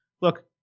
Look